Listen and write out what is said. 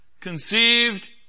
Conceived